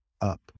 up